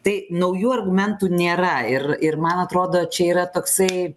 tai naujų argumentų nėra ir ir man atrodo čia yra toksai